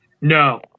No